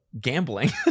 gambling